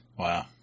Wow